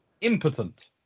impotent